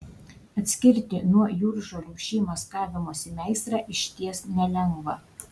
atskirti nuo jūržolių šį maskavimosi meistrą išties nelengva